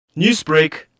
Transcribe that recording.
Newsbreak